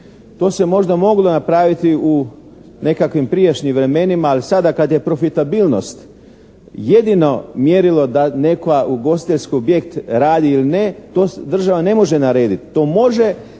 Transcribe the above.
To se možda moglo napraviti u nekakvim prijašnjim vremenima, ali sada kad je profitabilnost jedino mjerilo da neki ugostiteljski objekt radi ili ne, to država ne može narediti.